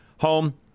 home